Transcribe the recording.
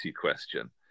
question